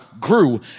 grew